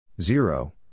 Zero